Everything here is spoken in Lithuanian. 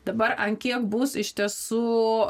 dabar ant kiek bus iš tiesų